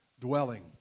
dwelling